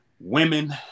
women